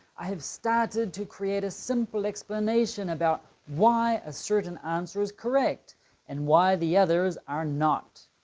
i have started to create a simple explanation about why a certain answer is correct and why the others are not.